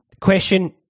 Question